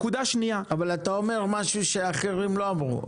נקודה שנייה --- אבל אתה אומר משהו שאחרים לא אמרו,